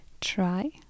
try